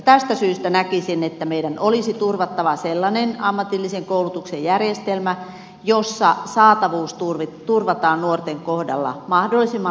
tästä syystä näkisin että meidän olisi turvattava sellainen ammatillisen koulutuksen järjestelmä jossa saatavuus turvataan nuorten kohdalla mahdollisimman lähellä kotia